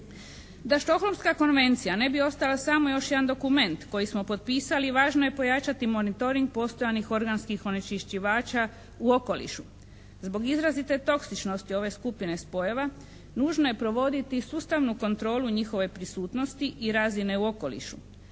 Da Stockholmska konvencija ne bi ostala samo još jedan dokument koji smo potpisali važno je pojačati monitoring postojanih organskih onečišćivača u okolišu. Zbog izrazite toksičnosti ove skupine spojeva nužno je provoditi sustavnu kontrolu njihove prisutnosti i razine u okolišu.